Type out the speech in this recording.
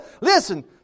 Listen